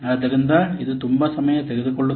ಆದ್ದರಿಂದ ಇದು ತುಂಬಾ ಸಮಯ ತೆಗೆದುಕೊಳ್ಳುತ್ತದೆ